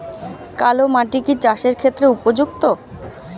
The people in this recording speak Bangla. কালো মাটি কি চাষের ক্ষেত্রে উপযুক্ত?